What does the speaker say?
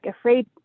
afraid